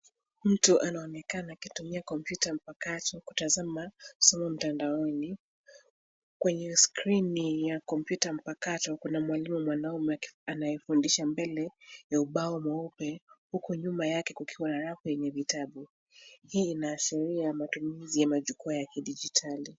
Mtu anaonekana akitumia kompyuta mpakato kutazama somo mtandaoni. Kwenye skrini ya kompyuta mpakato, kuna mwalimu mwanaume anayefundisha mbele ya ubao mweupe, huku nyuma yake kukiwa na rafu yenye vitabu. Hii inaashiria matumizi ya majukwa ya kidijitali.